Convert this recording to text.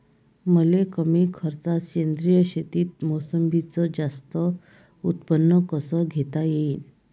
मले कमी खर्चात सेंद्रीय शेतीत मोसंबीचं जास्त उत्पन्न कस घेता येईन?